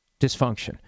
dysfunction